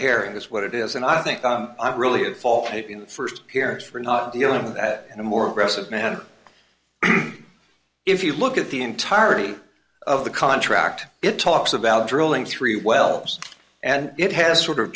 herring that's what it is and i think i'm really at fault in the first appearance for not dealing with that in a more aggressive manner if you look at the entirety of the contract it talks about drilling three wells and it has sort of